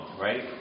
right